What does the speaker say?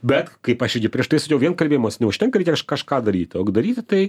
bet kaip aš irgi prieš tai sakiau vien kalbėjimosi neužtenka reikia kažką daryti daryti tai